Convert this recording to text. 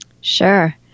Sure